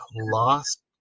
lost